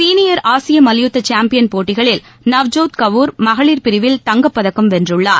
senior ஆசிய மல்யுத்த champion போட்டிகளில் நவ்ஜோத் கவுர் மகளிர் பிரிவில் தங்கப்பதக்கம் வென்றுளார்